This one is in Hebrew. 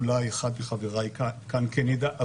אולי אחד מחבריי כאן כן ידע.